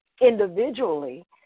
individually